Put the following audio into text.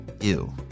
Ew